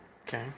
Okay